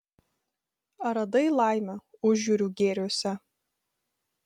ar radai laimę užjūrių gėriuose